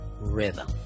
rhythm